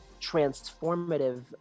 transformative